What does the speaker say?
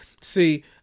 See